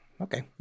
Okay